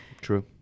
True